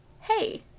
hey